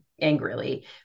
angrily